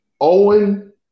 Owen